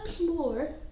more